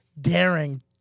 daring